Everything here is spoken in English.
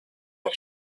and